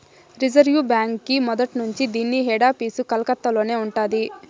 reserve బాంకీ మొదట్నుంచీ దీన్ని హెడాపీసు కలకత్తలోనే ఉండాది